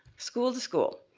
school to school.